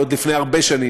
עוד לפני הרבה שנים,